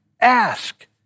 ask